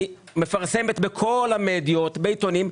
אני מפרסמת בכל המדיות, בעיתונים.